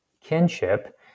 kinship